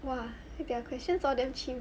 !wah! their questions are damn chim